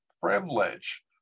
privilege